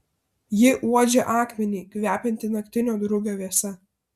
ji uodžia akmenį kvepiantį naktinio drugio vėsa